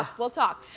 ah we'll talk.